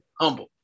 humble